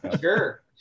sure